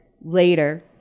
Later